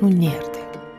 nu nėr taip